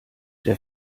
der